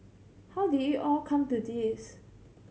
how did it all come to this